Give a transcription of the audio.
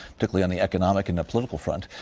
particularly on the economic and political front.